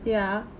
ya